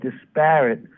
disparate